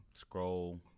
scroll